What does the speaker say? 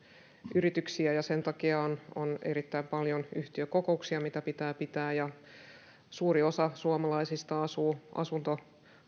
yrityksiä ja sen takia on on erittäin paljon yhtiökokouksia joita pitää pitää suuri osa suomalaisista asuu asunto